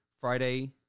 Friday